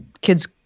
kids